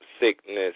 sickness